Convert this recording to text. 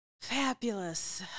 fabulous